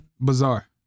Bizarre